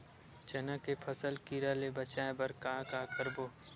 चना के फसल कीरा ले बचाय बर का करबो?